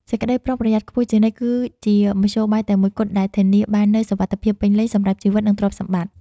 សេចក្តីប្រុងប្រយ័ត្នខ្ពស់ជានិច្ចគឺជាមធ្យោបាយតែមួយគត់ដែលធានាបាននូវសុវត្ថិភាពពេញលេញសម្រាប់ជីវិត និងទ្រព្យសម្បត្តិ។